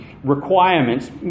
requirements